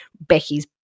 Becky's